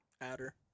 outer